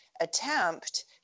attempt